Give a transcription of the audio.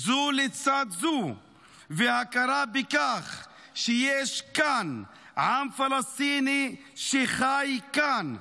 זו לצד זו והכרה בכך שיש כאן עם פלסטיני שחי כאן,